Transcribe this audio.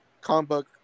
comic